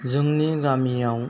जोंनि गामियाव